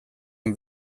and